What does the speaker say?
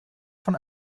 von